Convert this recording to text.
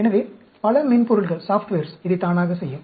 எனவே பல மென்பொருள்கள் இதை தானாகவே செய்யும்